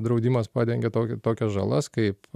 draudimas padengia tokią tokias žalas kaip